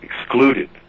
excluded